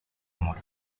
amor